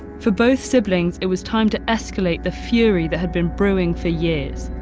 for both siblings, it was time to escalate the fury that had been brewing for years.